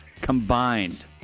combined